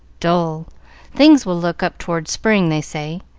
dull things will look up toward spring, they say.